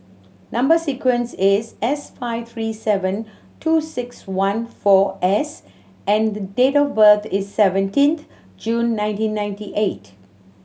number sequence is S five three seven two six one four S and the date of birth is seventeenth June nineteen ninety eight